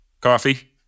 coffee